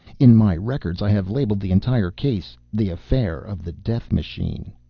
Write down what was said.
in my records i have labeled the entire case the affair of the death machine.